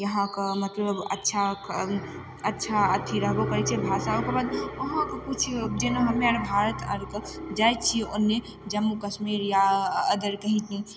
यहाँके मतलब अच्छा अच्छा अथी रहबो करय छै भाषा ओकरबाद वहाँ किछु जेना हमे आर भारत आरके जाइ छी ओन्ने जम्मू कश्मीर या अदर कहीँ